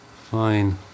Fine